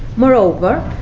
moreover,